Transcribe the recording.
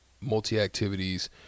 multi-activities